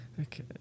Okay